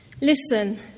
Listen